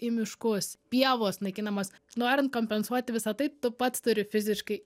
į miškus pievos naikinamos norin kompensuoti visa tai tu pats turi fiziškai